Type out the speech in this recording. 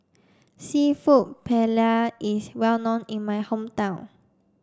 Seafood Paella is well known in my hometown